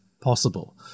possible